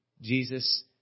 Jesus